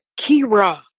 Kira